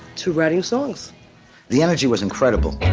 to writing songs the energy was incredible